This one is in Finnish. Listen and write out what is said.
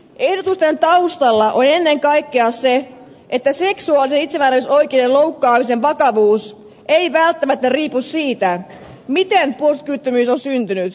ehdotusten taustalla on ennen kaikkea se että seksuaalisen itsemääräämisoikeuden loukkaamisen vakavuus ei välttämättä riipu siitä miten puolustuskyvyttömyys on syntynyt